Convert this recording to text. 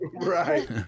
Right